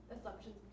assumptions